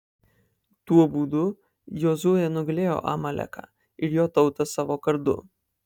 tuo būdu jozuė nugalėjo amaleką ir jo tautą savo kardu